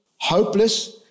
hopeless